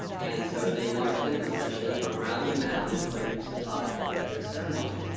and so they marched in procession around the mound until they reached the top for their ceremony.